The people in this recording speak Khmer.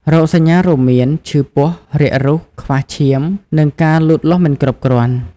រោគសញ្ញារួមមាន ឈឺពោះ រាគរូស ខ្វះឈាម និងការលូតលាស់មិនគ្រប់គ្រាន់។